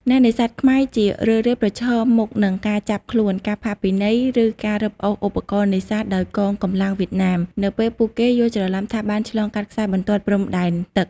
អ្នកនេសាទខ្មែរជារឿយៗប្រឈមមុខនឹងការចាប់ខ្លួន ការផាកពិន័យ ឬការរឹបអូសឧបករណ៍នេសាទដោយកងកម្លាំងវៀតណាម នៅពេលពួកគេយល់ច្រឡំថាបានឆ្លងកាត់ខ្សែបន្ទាត់ព្រំដែនទឹក។